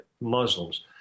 Muslims